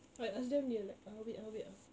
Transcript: I ask them they're like ah wait ah wait ah